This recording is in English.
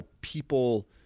people